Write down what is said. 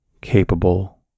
capable